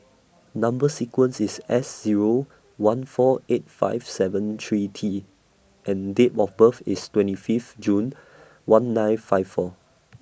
Number sequence IS S Zero one four eight five seven three T and Date of birth IS twenty Fifth June one nine five four